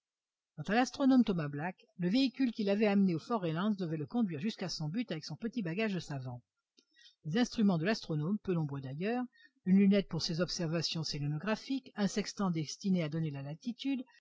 à l'astronome thomas black le véhicule qui l'avait amené au fort reliance devait le conduire jusqu'à son but avec son petit bagage de savant les instruments de l'astronome peu nombreux d'ailleurs une lunette pour ses observations sélénographiques un sextant destiné à donner la latitude